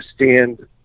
understand